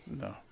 No